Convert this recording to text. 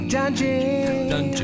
Dungeon